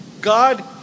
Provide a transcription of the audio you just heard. God